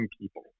people